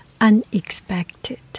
unexpected